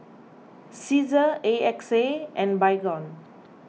Cesar A X A and Baygon